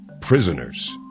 prisoners